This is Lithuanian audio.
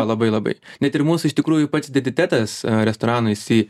labai labai net ir mūsų iš tikrųjų pats identitetas restorano jisai